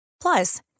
Plus